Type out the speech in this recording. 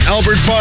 Albert